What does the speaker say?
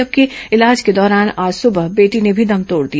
जबकि इलाज के दौरान आज सुबह बेटी ने भी दम तोड़ दिया